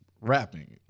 rapping